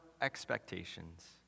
expectations